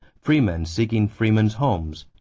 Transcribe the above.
freemen seeking freemen's homes,